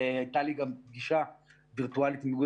הייתה לי גם פגישה וירטואלית עם איגוד